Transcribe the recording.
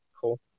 cool